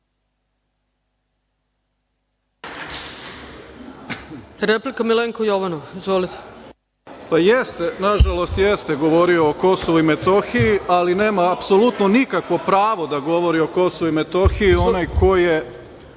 Replika, Milenko Jovanov. **Milenko Jovanov** Nažalost, jeste govorio o Kosovu i Metohiji, ali nema apsolutno nikakvo pravo da govori o Kosovu i Metohiji onaj ko je